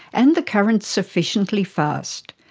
and the currents sufficiently fast,